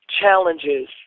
challenges